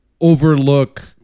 overlook